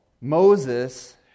Moses